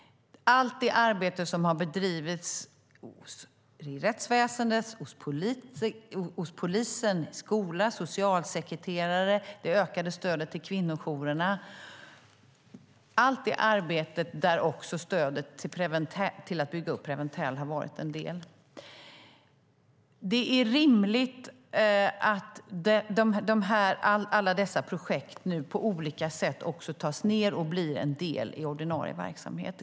Det har bedrivits ett arbete i rättsväsendet, hos polisen, i skola och av socialsekreterare. Kvinnojourerna har fått ökat stöd, och också stödet till att bygga upp Preventell har varit en del av satsningarna. Det är rimligt att alla dessa projekt på olika sätt nu blir en del i ordinarie verksamhet.